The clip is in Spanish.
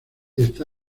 está